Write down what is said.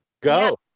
go